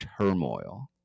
turmoil